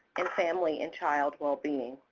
and family and child well-being.